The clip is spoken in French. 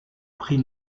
prix